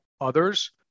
others